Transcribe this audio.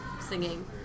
singing